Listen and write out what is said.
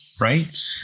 Right